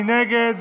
מי נגד?